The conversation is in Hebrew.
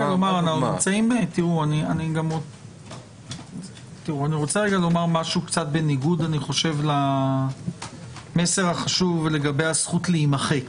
אני רוצה לומר משהו בניגוד למסר החשוב לגבי הזכות להימחק.